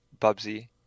Bubsy